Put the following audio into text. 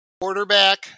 Quarterback